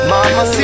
Mama